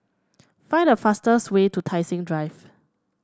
find the fastest way to Tai Seng Drive